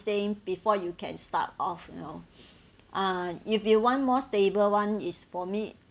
thing before you can start off you know ah if you want more stable [one] is for me